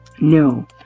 No